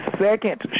second